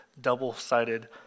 double-sided